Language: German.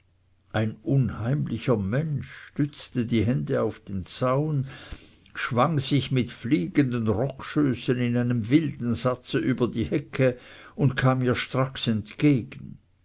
ein unheimlicher mensch stützte die hände auf den zaun schwang sich mit fliegenden rockschößen in einem wilden satze über die hecke und kam ihr stracks entgegen